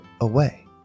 away